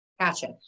Gotcha